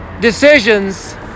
decisions